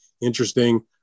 interesting